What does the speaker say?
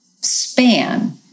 span